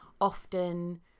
often